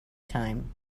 time